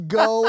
go